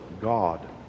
God